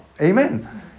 Amen